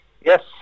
Yes